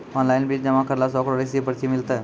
Online bill जमा करला से ओकरौ रिसीव पर्ची मिलतै?